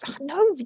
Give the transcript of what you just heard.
no